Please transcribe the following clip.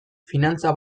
finantza